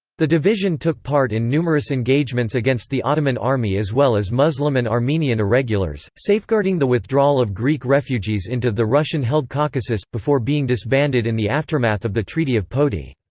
the division took part in numerous engagements against the ottoman army as well as muslim and armenian irregulars, safeguarding the withdrawal of greek refugees into the russian held caucasus, before being disbanded in the aftermath of the treaty of poti.